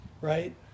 Right